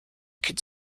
could